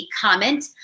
comment